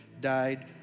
died